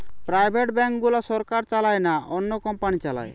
private bank গুলা সরকার চালায় না, অন্য কোম্পানি চালায়